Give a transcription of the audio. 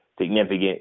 significant